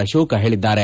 ಅಶೋಕ ಹೇಳಿದ್ದಾರೆ